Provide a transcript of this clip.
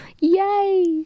yay